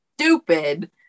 stupid